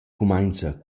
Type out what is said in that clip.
cumainza